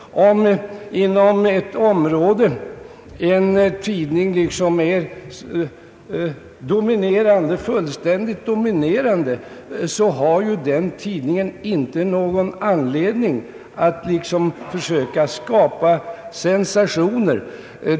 Om inom ett område en tidning är fullständigt dominerande har den inte någon anledning att försöka skapa sensationer.